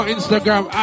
Instagram